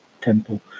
temple